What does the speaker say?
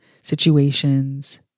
situations